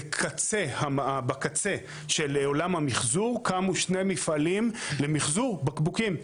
בקצה של עולם המחזור קמו שני מפעלים למחזור בקבוקים.